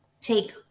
take